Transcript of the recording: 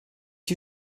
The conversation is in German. die